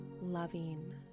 loving